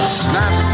snap